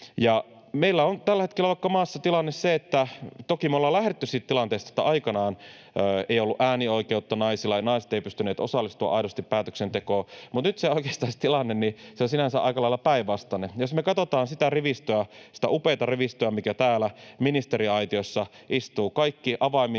pitää olla jompaakumpaa sukupuolta. Toki me ollaan lähdetty siitä tilanteesta, että aikanaan ei ollut äänioikeutta naisilla ja naiset eivät pystyneet osallistumaan aidosti päätöksentekoon, mutta nyt oikeastaan se tilanne on sinänsä aika lailla päinvastainen. Jos me katsotaan sitä rivistöä, sitä upeata rivistöä, mikä täällä ministeriaitiossa istuu —kaikki avainministerit,